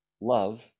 love